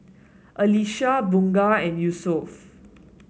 Alyssa Bunga and Yusuf